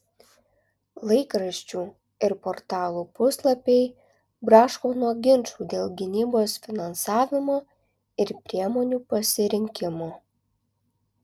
laikraščių ir portalų puslapiai braška nuo ginčų dėl gynybos finansavimo ir priemonių pasirinkimo